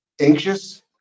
Anxious